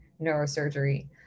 neurosurgery